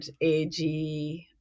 AG